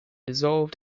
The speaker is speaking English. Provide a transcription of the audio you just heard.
dissolved